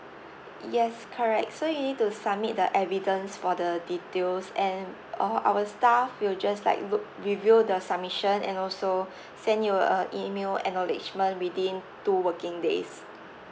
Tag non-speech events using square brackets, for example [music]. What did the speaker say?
yes correct so you need to submit the evidence for the details and all our staff will just like looked review the submission and also [breath] send you a email acknowledgement within two working days